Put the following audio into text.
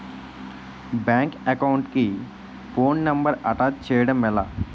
Bank account కి phone number attach చేయడం ఎలా?